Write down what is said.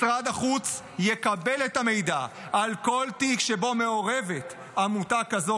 משרד החוץ יקבל את המידע על כל תיק שבו מעורבת עמותה כזו,